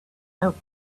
help